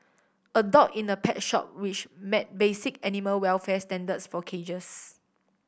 a dog in a pet shop which met basic animal welfare standards for cages